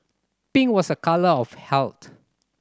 pink was a colour of health